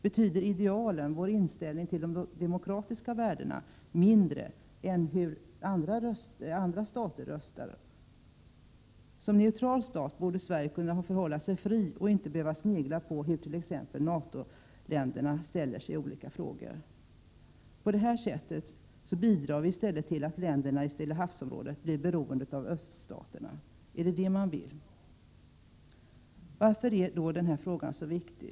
Betyder idealen — vår inställning till demokratiska värden — mindre än hur andra stater röstar? Som neutral stat borde Sverige kunna förhålla sig fri och inte behöva snegla på hurt.ex. NATO-länderna ställer sig i olika frågor. På det här sättet bidrar vi i stället till att länderna i Stillahavsområdet blir beroende av öststaterna. Är det detta man vill? Varför är denna fråga så viktig?